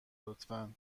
لطفا